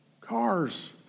cars